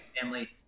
Family